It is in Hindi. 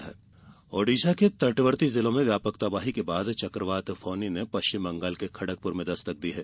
फोनी ओड़िसा के तटवर्ती जिलों में व्यापक तबाही के बाद चक्रवात फेनी ने पश्चिम बंगाल के खड़गप्र में दस्तक दी है